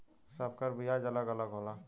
सब कर बियाज अलग अलग होला